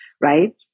right